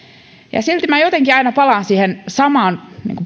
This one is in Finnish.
silti minä jotenkin aina palaan siihen samaan